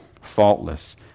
faultless